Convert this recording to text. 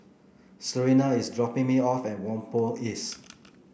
Serena is dropping me off at Whampoa East